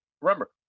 remember